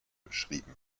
beschrieben